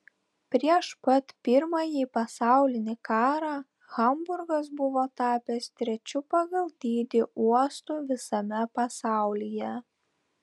prieš pat pirmąjį pasaulinį karą hamburgas buvo tapęs trečiu pagal dydį uostu visame pasaulyje